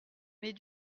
mais